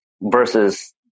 versus